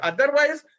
Otherwise